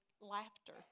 laughter